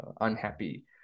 unhappy